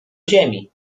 ziemi